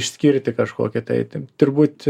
išskirti kažkokį tai ten turbūt